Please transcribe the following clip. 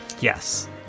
Yes